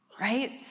right